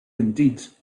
indeed